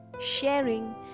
sharing